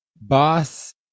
Boss